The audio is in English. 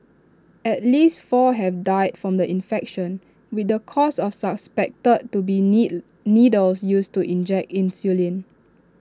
at least four have died from the infection with the cause of suspected to be need needles used to inject insulin